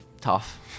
Tough